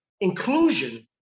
inclusion